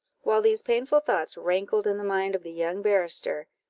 while these painful thoughts rankled in the mind of the young barrister,